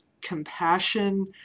compassion